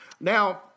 Now